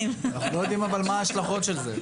צריך לבדוק את ההשלכות של זה.